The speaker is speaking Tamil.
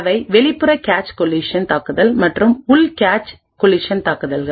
அவை வெளிப்புற கேச் கோலிசன் தாக்குதல்கள் மற்றும் உள் கேச் கோலிசன் தாக்குதல்கள்